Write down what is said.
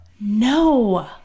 No